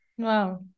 Wow